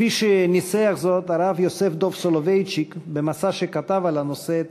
כפי שניסח זאת הרב יוסף דב סולובייצ'יק במסה שכתב על הנושא,